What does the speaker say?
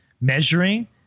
measuring